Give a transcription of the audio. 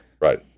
Right